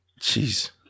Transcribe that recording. Jeez